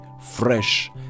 fresh